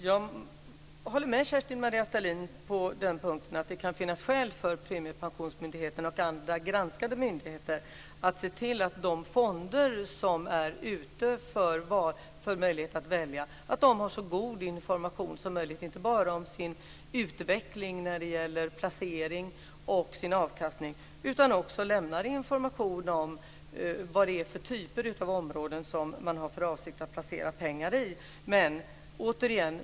Jag håller med Kerstin-Maria Stalin om att det kan finnas skäl för premiepensionsmyndigheten och andra granskande myndigheter att se till att de fonder som är möjliga att välja lämnar så god information som möjligt, inte bara om sin utveckling när det gäller placering och avkastning, utan också om vilken typ av områden man har för avsikt att placera pengar i.